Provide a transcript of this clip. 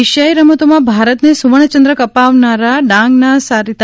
એશિયાઇ રમતોમાં ભારતને સુવર્ણચંદ્રક અપાવનારાં ડાંગનાં સરિતા